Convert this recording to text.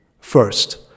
First